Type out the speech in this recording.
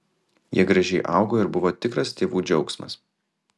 jie gražiai augo ir buvo tikras tėvų džiaugsmas